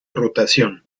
rotación